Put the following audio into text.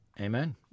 Amen